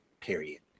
period